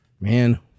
man